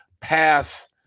pass